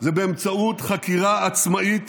זה באמצעות חקירה עצמאית,